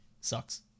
Sucks